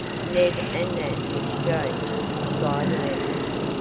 ned and nat exchanged sly glances.